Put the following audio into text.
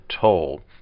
told